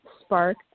spark